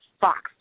Fox